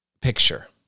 picture